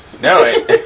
No